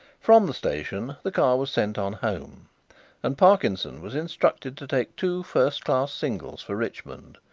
from the station the car was sent on home and parkinson was instructed to take two first-class singles for richmond,